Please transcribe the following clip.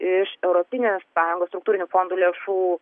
iš europinės sąjungos struktūrinių fondų lėšų